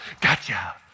Gotcha